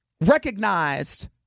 recognized